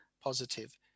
positive